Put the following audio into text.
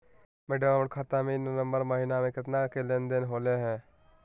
madam, हमर खाता में ई नवंबर महीनमा में केतना के लेन देन होले है